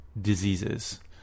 diseases